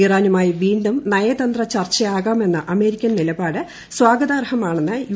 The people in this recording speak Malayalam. ഇറാനുമായി വീണ്ടും നയതന്ത്ര ചർച്ചയാകാമെന്ന അമേരിക്കൻ നിലപാട് സ്വാഗതാർഹമാണെന്ന് യു